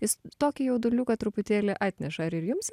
jis tokį jauduliuką truputėlį atneša ar ir jums